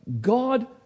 God